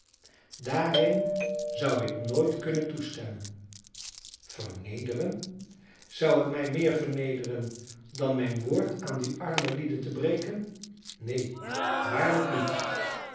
daarin zou ik nooit kunnen toestemmen vernederen zou het mij meer vernederen dan mijn woord aan die arme lieden te breken neen waarlijk niet